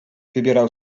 wybierał